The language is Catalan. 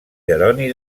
jeroni